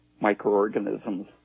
microorganisms